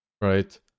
right